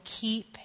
keep